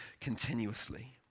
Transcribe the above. Continuously